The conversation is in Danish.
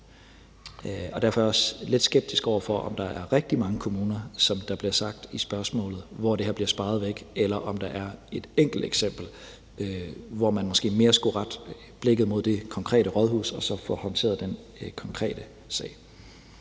Derfor er jeg også lidt skeptisk over for, om der, som det bliver nævnt i spørgsmålet, er rigtig mange kommuner, hvor det her bliver sparet væk, eller om det er et enkeltstående eksempel, og man derfor måske mere skulle rette blikket mod det konkrete rådhus og få håndteret den konkrete sag.